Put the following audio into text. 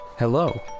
Hello